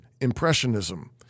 Impressionism